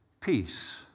Peace